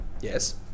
Yes